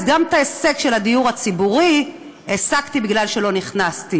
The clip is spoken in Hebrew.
אז גם את ההישג של הדיור הציבורי השגתי בגלל שלא נכנסתי.